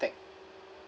tech